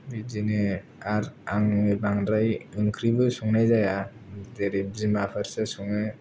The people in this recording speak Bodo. बिदिनो आरो आंनि बांद्राय ओंख्रिबो संनाय जाया जेरै बिमाफोरसो सङो